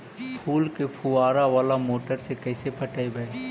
फूल के फुवारा बाला मोटर से कैसे पटइबै?